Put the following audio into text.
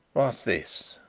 what's this?